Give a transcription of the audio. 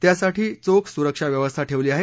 त्यासाठी चोख सुरक्षा व्यवस्था ठेवली आहे